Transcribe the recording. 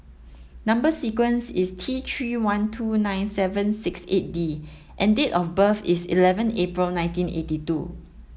number sequence is T three one two nine seven six eight D and date of birth is eleven April nineteen eighty two